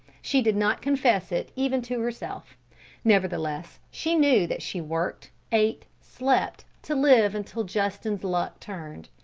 she did not confess it even to herself nevertheless she knew that she worked, ate, slept, to live until justin's luck turned.